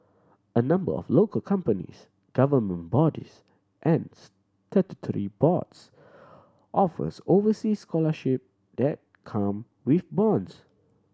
a number of local companies government bodies and statutory boards offers overseas scholarship that come with bonds